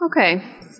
Okay